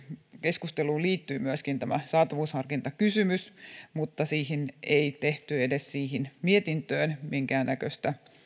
keskusteluun liittyi myöskin tämä saatavuusharkintakysymys mutta siihen ei tehty edes siihen mietintöön minkäännäköistä